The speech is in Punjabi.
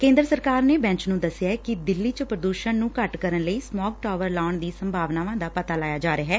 ਕੇਦਰ ਸਰਕਾਰ ਨੇ ਬੈਚ ਨੂੰ ਦਸਿਐ ਕਿ ਦਿੱਲੀ ਚ ਪ੍ਰਦੁਸ਼ਣ ਨੂੰ ਘੱਟ ਕਰਨ ਲਈ ਸਮੌਗ ਟਾਵਰ ਲਾਉਣ ਦੀਆਂ ਸੰਭਾਵਨਾਵਾਂ ਦਾ ਪਤਾ ਲਾਇਆ ਜਾ ਰਿਹੈ